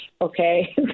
okay